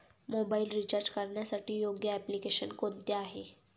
Mobile recharge करण्यासाठी योग्य application कोणते आहे?